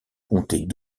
comptait